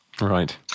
Right